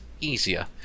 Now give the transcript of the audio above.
easier